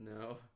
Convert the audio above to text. No